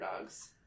dogs